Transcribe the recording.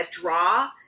draw